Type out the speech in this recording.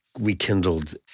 rekindled